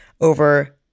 over